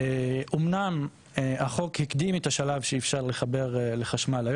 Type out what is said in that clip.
אמנם החוק הקדים את השלב שאפשר לחבר לחשמל,